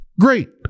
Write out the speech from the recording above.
Great